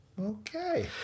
Okay